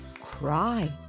cry